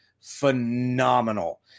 phenomenal